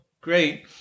great